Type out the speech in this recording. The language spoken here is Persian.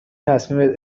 تصمیمت